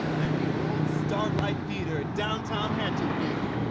at the old starlight theater in downtown hatchetfield.